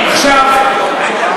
שקר.